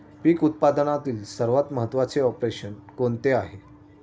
पीक उत्पादनातील सर्वात महत्त्वाचे ऑपरेशन कोणते आहे?